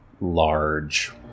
large